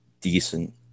decent